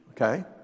Okay